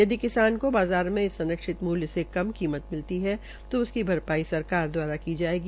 यदि किसान को बाज़ार मे इस संरक्षित मूल्य से कम दाम मिलते है तो उसकी भरपाई सरकार द्वारा की जायेगी